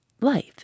Life